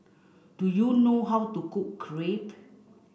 do you know how to cook Crepe